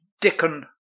Dickon